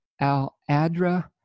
Al-Adra